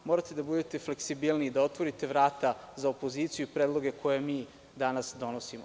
Morate da budete fleksibilniji, da otvorite vrata za opoziciju i predloge koje mi danas donosimo.